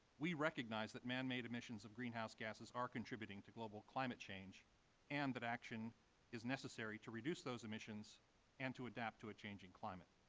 we recognize that manmade emissions of greenhouse gases are contributing to global climate change and that action is necessary to reduce those emissions and to adapt to a changing climate.